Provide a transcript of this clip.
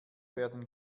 werden